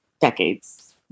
decades